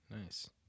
Nice